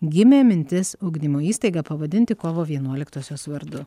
gimė mintis ugdymo įstaigą pavadinti kovo vienuoliktosios vardu